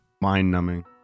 Mind-numbing